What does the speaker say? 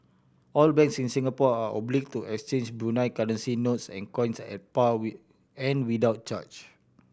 all banks in Singapore are obliged to exchange Brunei currency notes and coins at par and without charge